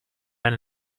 men